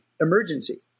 emergency